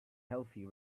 healthy